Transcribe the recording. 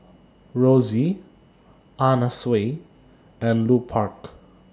Roxy Anna Sui and Lupark